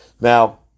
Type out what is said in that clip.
Now